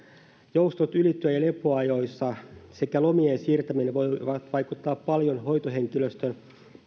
joustot ylityö ja lepoajoissa sekä lomien siirtäminen voivat vaikuttaa paljon hoitohenkilöstön